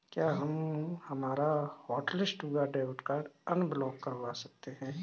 क्या हम हमारा हॉटलिस्ट हुआ डेबिट कार्ड अनब्लॉक करवा सकते हैं?